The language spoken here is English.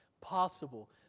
possible